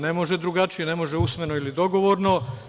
Ne može drugačije, ne može usmeno ili dogovorno.